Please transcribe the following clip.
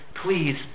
please